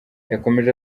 yakomeje